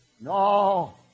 No